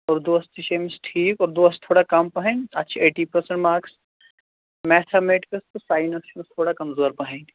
اور دوس تہِ چھِ أمِس ٹھیٖک اور دوس تھوڑا کَم پَہنۍ تَتھ چھِ ایٹی پٔرسَنٛٹ مارکٕس میتھامیٹِکٕس تہٕ ساینَس چھِ أسۍ تھوڑا کَمزور پَہَنۍ